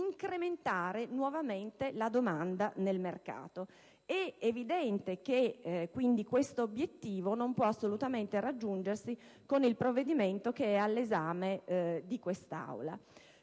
incrementare nuovamente la domanda nel mercato. È quindi evidente che questo obiettivo non si può assolutamente raggiungere con il provvedimento che è all'esame dell'Aula.